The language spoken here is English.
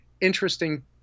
interesting